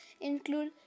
include